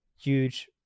huge